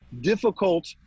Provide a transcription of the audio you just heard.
difficult